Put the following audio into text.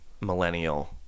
millennial